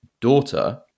daughter